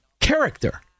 character